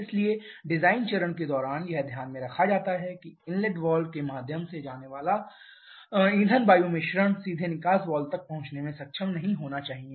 इसलिए डिजाइन चरण के दौरान यह ध्यान में रखा जाता है कि इनलेट वाल्व के माध्यम से आने वाला ईंधन वायु मिश्रण सीधे निकास वाल्व तक पहुंचने में सक्षम नहीं होना चाहिए